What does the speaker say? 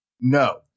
No